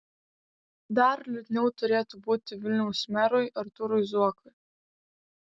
dar liūdniau turėtų būti vilniaus merui artūrui zuokui